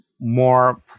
more